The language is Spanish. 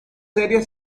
serie